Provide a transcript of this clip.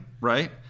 right